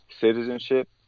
citizenship